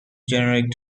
generic